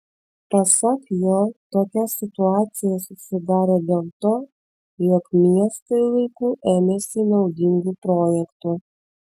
pasak jo tokia situacija susidarė dėl to jog miestai laiku ėmėsi naudingų projektų